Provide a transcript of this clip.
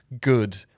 good